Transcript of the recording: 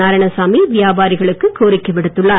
நாராயணசாமி வியாபாரிகளுக்கு கோரிக்கை விடுத்துள்ளார்